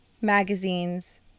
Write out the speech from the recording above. magazines